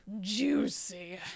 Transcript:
Juicy